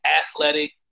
athletic